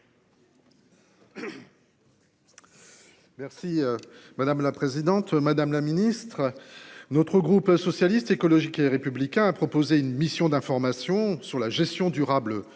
Merci madame la présidente, madame la ministre. Notre groupe socialiste écologique et républicain a proposé une mission d'information sur la gestion durable